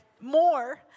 more